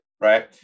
right